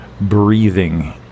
breathing